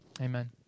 Amen